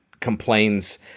complains